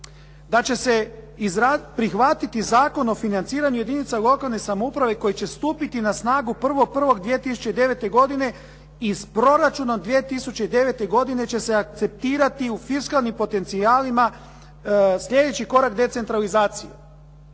da će se prihvatiti Zakon o financiranju jedinica lokalne samouprave koje će stupiti na snagu 1. 1. 2009. godine iz proračuna od 2009. će se akceptirati u fiskalni potencijalima sljedeći korak decentralizacije.